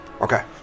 Okay